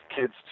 kids